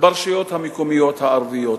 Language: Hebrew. ברשויות המקומיות הערביות.